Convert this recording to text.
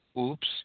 Oops